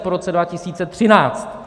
Po roce 2013?